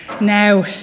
Now